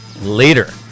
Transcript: later